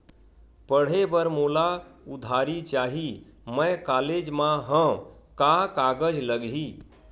पढ़े बर मोला उधारी चाही मैं कॉलेज मा हव, का कागज लगही?